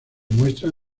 muestran